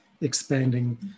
expanding